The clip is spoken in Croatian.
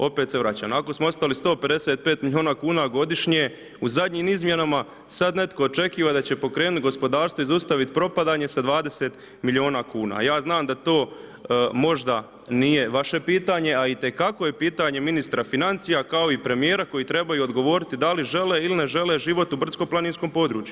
Opet se vraćam, ako smo ostali 155 mil. Kuna godišnje u zadnjim izmjenama, sad netko očekiva da će pokrenut gospodarstvo i zaustavit propadanje sa 20 mil. Kuna. a ja znam da to možda nije vaše pitanje, a itekako je pitanje ministra financija, kao i premijera koji trebaju odgovoriti da li žele ili ne žele život u brdsko-planinskom području.